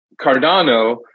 Cardano